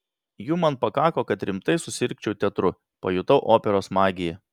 jų man pakako kad rimtai susirgčiau teatru pajutau operos magiją